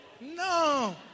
No